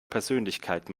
persönlichkeit